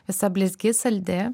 visa blizgi saldi